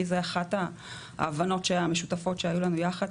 כי זו אחת ההבנות המשותפות שהיו לנו יחד,